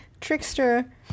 trickster